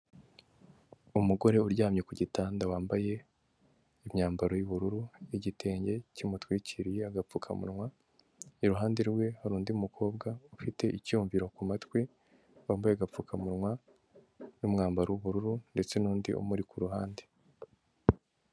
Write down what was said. Umugore uryamye ku gitanda wambaye imyambaro y'ubururu, igitenge kimutwikiriye, agapfukamunwa, iruhande rwe hari undi mukobwa ufite icyumviro ku matwi wambaye agapfukamunwa n'umwambaro w'ubururu ndetse n'undi umuri ku ruhande.